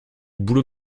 boulot